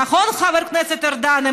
נכון, חבר הכנסת ארדן?